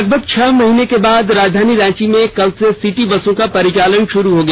लगभग छह महीने के बाद राजधानी रांची में कल से सिटी बसों का परिचालन शुरू हो गया